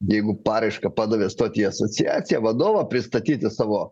jeigu paraišką padavė stot į asociaciją vadovą pristatyti savo